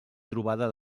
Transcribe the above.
trobada